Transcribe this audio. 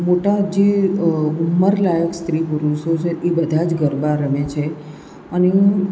મોટા જે ઉંમરલાયક સ્ત્રી પુરુષો છે એ બધા જ ગરબા રમે છે અને હું